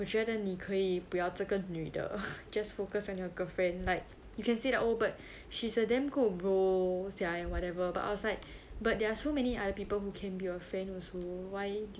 我觉得你可以不要这个女的 just focus on your girlfriend like you can say that oh but she's a damn good bro sia and whatever but outside but there are so many other people who can be your friend also why